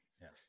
yes